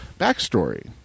backstory